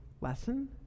lesson